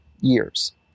years